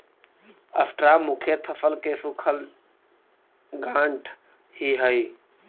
straw मुख्यतः फसल के सूखल डांठ ही हई